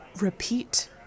repeat